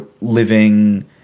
living